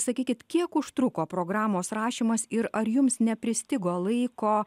sakykit kiek užtruko programos rašymas ir ar jums nepristigo laiko